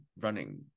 running